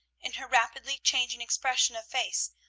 in her rapidly changing expression of face,